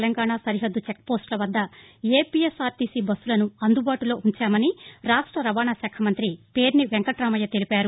తెలంగాణ సరిహద్దు చెక్పోస్టుల వద్ద ఏపీఎస్ ఆర్టీసీ బస్సులను అందుబాటులో ఉంచామని రాష్ట రవాణా శాఖ మంతి పేర్ని వెంకటామయ్య తెలిపారు